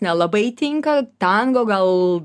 nelabai tinka tango gal